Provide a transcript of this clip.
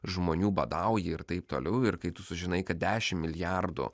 žmonių badauja ir taip toliau ir kai tu sužinai kad dešimt milijardų